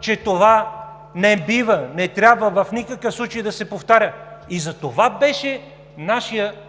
че това не бива, не трябва в никакъв случай да се повтаря. И затова беше нашият апел